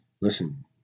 Listen